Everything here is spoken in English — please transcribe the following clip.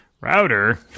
router